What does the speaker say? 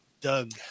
Doug